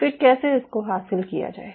फिर कैसे इसको हासिल किया जाये